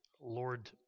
Lord